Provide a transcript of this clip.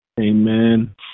Amen